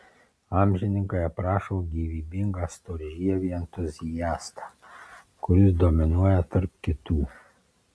amžininkai aprašo gyvybingą storžievį entuziastą kuris dominuoja tarp kitų